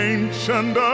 Ancient